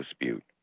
dispute